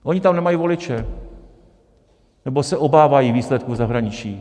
Oni tam nemají voliče, nebo se obávají výsledků zahraničí.